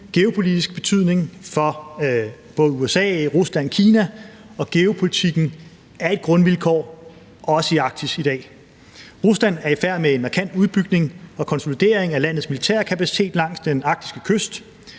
geopolitisk betydning for både USA, Rusland og Kina, og geopolitikken er et grundvilkår, også i Arktis i dag. Rusland er i færd med at foretage en markant udbygning og konsolidering af landets militærkapacitet langs den arktiske kyst.